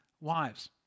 wives